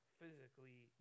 physically